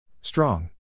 Strong